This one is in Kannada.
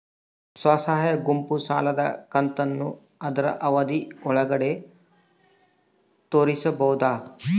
ಸ್ವಸಹಾಯ ಗುಂಪು ಸಾಲದ ಕಂತನ್ನ ಆದ್ರ ಅವಧಿ ಒಳ್ಗಡೆ ತೇರಿಸಬೋದ?